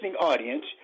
audience